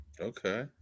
Okay